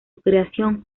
creación